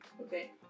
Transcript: Okay